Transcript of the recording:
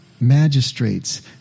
magistrates